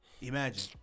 imagine